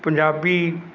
Punjabi